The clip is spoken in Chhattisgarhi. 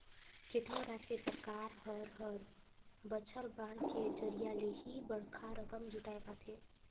केतनो राज के सरकार हर हर बछर बांड के जरिया ले ही बड़खा रकम जुटाय पाथे